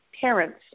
parents